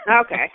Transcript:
Okay